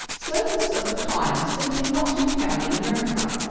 servants of the kind are simply not to be found in america.